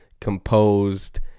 composed